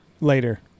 later